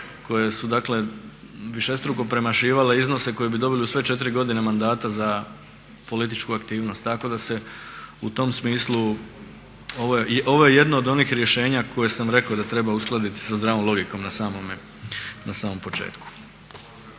koje su dakle višestruko premašivale iznose koje bi dobili u sve 4 godine mandata za političku aktivnost. Tako da se u tom smislu, ovo je jedno od onih rješenja koje sam rekao da treba uskladiti sa zdravom logikom na samom početku.